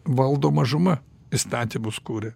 valdo mažuma įstatymus kuria